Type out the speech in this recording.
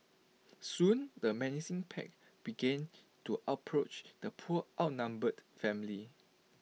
soon the menacing pack began to approach the poor outnumbered family